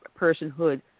personhood